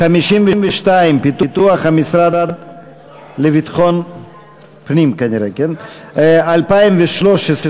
סעיף 52, פיתוח המשרד לביטחון פנים, 2013,